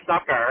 sucker